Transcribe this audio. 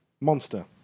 monster